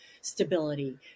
stability